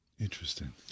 Interesting